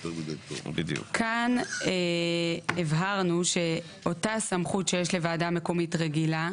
כאן הבהרנו שאותה סמכות שיש לוועדה מקומית רגילה,